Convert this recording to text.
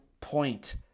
point